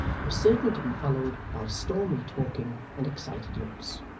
was certain to be followed by stormy talking and excited looks.